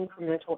incremental